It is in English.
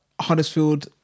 Huddersfield